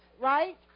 right